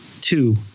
two